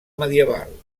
medieval